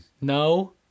No